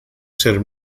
ser